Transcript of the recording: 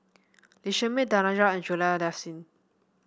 Lee Shermay Danaraj and Juliana Yasin